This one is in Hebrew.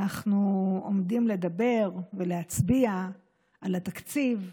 אנחנו עומדים לדבר ולהצביע על התקציב,